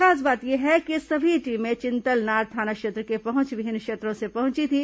खास बात यह है कि ये सभी टीमें चिंतलनार थाना क्षेत्र के पहुंचविहीन क्षेत्रों से पहुंची थी